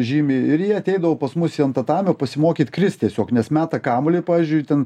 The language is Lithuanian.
žymi ir ji ateidavo pas mus ant tatamio pasimokyti krist tiesiog nes meta kamuolį pavyzdžiui ten